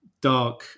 dark